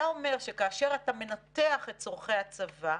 אתה אומר שכאשר אתה מנתח את צורכי הצבא,